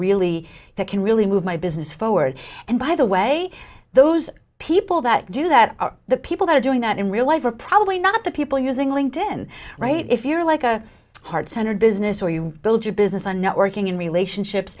really that can really move my business forward and by the way those people that do that are the people that are doing that in real life are probably not the people using linked in right if you are like a heart center business or you build your business and networking in relationships